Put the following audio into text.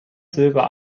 silber